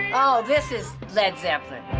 oh, this is led zeppelin.